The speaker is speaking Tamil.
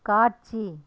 காட்சி